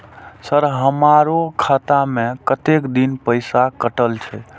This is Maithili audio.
सर हमारो खाता में कतेक दिन पैसा कटल छे?